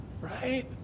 Right